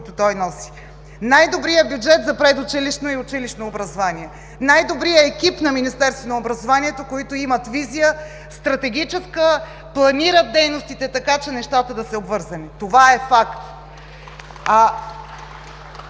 които той носи. Най-добрият бюджет за предучилищно и училищно образование! Най-добрият екип на Министерството на образованието, които имат стратегическа визия, планират дейностите така, че нещата да са обвързани. Това е факт!